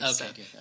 okay